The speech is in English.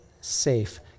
safe